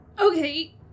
Okay